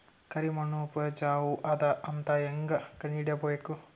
ಕರಿಮಣ್ಣು ಉಪಜಾವು ಅದ ಅಂತ ಹೇಂಗ ಕಂಡುಹಿಡಿಬೇಕು?